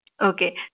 Okay